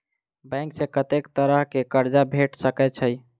Bank सऽ कत्तेक तरह कऽ कर्जा भेट सकय छई?